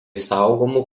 saugomų